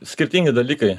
skirtingi dalykai